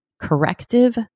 Corrective